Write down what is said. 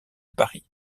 paris